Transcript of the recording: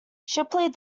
shipley